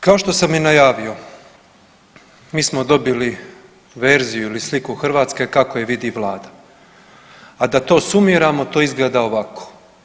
Kao što sam i najavio, mi smo dobili verziju ili sliku Hrvatske kako je vidi Vlada a da to sumiramo, to izgleda ovako.